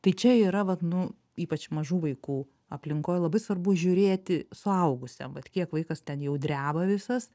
tai čia yra vat nu ypač mažų vaikų aplinkoj labai svarbu žiūrėti suaugusiam vat kiek vaikas ten jau dreba visas